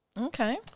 Okay